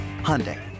Hyundai